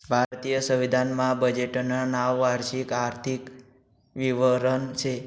भारतीय संविधान मा बजेटनं नाव वार्षिक आर्थिक विवरण शे